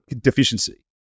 deficiency